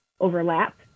overlap